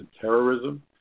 terrorism